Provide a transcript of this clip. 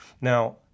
Now